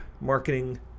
Marketing